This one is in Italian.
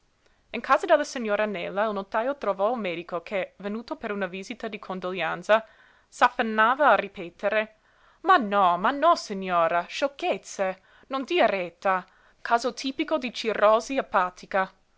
in casa della signora nela il notajo trovò il medico che venuto per una visita di condoglianza s'affannava a ripetere ma no ma no signora sciocchezze non dia retta caso tipico di cirrosi epàtica